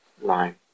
line